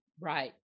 right